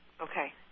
Okay